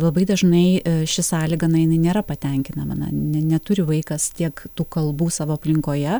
labai dažnai ši sąlyga na jinai nėra patenkinama na ne neturi vaikas tiek tų kalbų savo aplinkoje